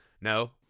no